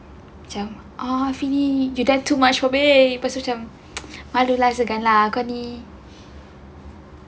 macam oh fini you done too much for me lepas tu macam malu lah segan lah kau ni